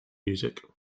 music